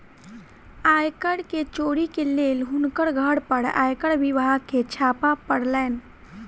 आय कर के चोरी के लेल हुनकर घर पर आयकर विभाग के छापा पड़लैन